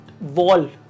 wall